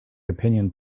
opinion